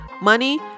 Money